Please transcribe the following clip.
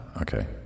okay